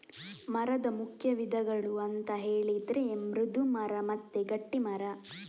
ಮರದ ಮುಖ್ಯ ವಿಧಗಳು ಅಂತ ಹೇಳಿದ್ರೆ ಮೃದು ಮರ ಮತ್ತೆ ಗಟ್ಟಿ ಮರ